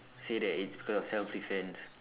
say that it's because of self defense